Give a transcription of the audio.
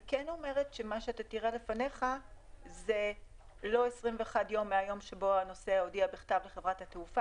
מה שתראה לפניך זה לא 21 יום מהיום שבו הנוסע הודיע בכתב לחברת התעופה,